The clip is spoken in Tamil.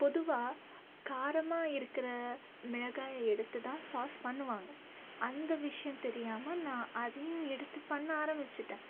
பொதுவாக காரமாக இருக்கிற மிளகாய் எடுத்து தான் சாஸ் பண்ணுவாங்க அந்த விஷயம் தெரியாமல் நான் அதையும் எடுத்து பண்ண ஆரம்பிச்சிட்டேன்